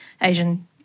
Asian